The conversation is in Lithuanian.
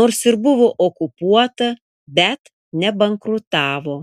nors ir buvo okupuota bet nebankrutavo